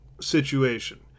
situation